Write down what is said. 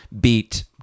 beat